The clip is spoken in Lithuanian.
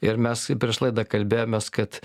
ir mes prieš laidą kalbėjomės kad